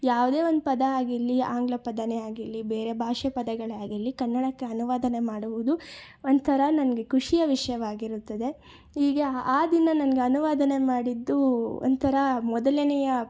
ಯಾವುದೇ ಒಂದು ಪದ ಆಗಿರಲಿ ಆಂಗ್ಲ ಪದವೇ ಆಗಿರಲಿ ಬೇರೆ ಭಾಷೆ ಪದಗಳೇ ಆಗಿರಲಿ ಕನ್ನಡಕ್ಕೆ ಅನುವಾದ ಮಾಡುವುದು ಒಂಥರ ನನಗೆ ಖುಷಿಯ ವಿಷಯವಾಗಿರುತ್ತದೆ ಹೀಗೆ ಆ ಆ ದಿನ ನನಗೆ ಅನುವಾದ ಮಾಡಿದ್ದೂ ಒಂಥರಾ ಮೊದಲನೆಯ